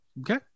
Okay